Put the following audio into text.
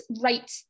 right